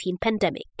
pandemic